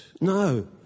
No